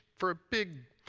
for a big,